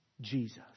Jesus